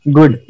Good